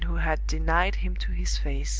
and who had denied him to his face.